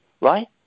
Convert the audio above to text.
right